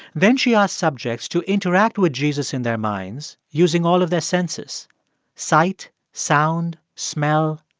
then she asked subjects to interact with jesus in their minds using all of their senses sight, sound, smell,